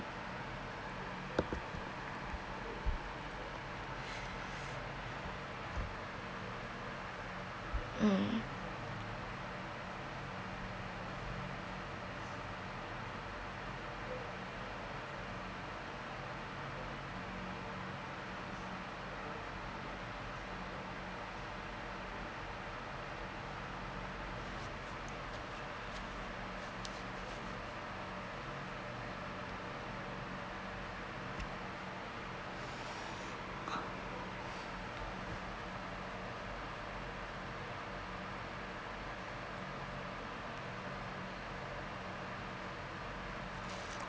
mm